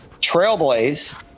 trailblaze